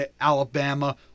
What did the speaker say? Alabama